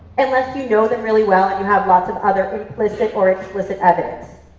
unless you know them really well and you have lots of other implicit or explicit evidence.